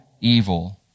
evil